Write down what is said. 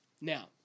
Now